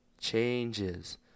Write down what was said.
Changes